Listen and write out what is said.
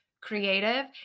creative